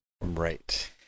Right